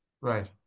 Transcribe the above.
Right